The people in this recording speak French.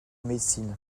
médecine